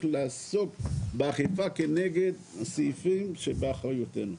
לעסוק באכיפה כנגד הסעיפים שבאחריותנו.